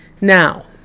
Now